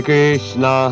Krishna